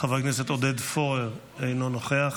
חבר הכנסת עודד פורר, אינו נוכח,